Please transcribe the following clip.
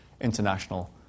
international